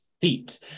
Feet